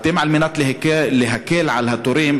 על מנת להקל את התורים,